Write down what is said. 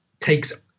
takes